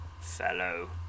fellow